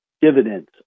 dividends